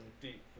deep